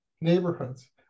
neighborhoods